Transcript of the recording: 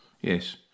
Yes